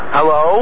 Hello